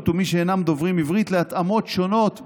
ומי שאינם דוברי עברית להתאמות שונות בהליך.